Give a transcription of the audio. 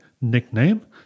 nickname